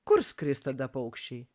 kur skris tada paukščiai